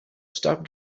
stop